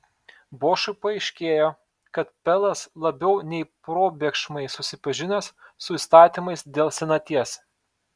bošui paaiškėjo kad pelas labiau nei probėgšmais susipažinęs su įstatymais dėl senaties